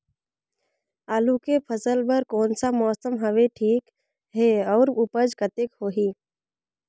आलू के फसल बर कोन सा मौसम हवे ठीक हे अउर ऊपज कतेक होही?